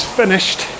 finished